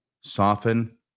soften